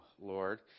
lord